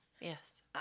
Yes